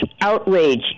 outrage